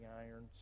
Irons